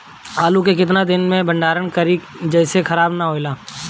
आलू के केतना दिन तक भंडारण करी जेसे खराब होएला?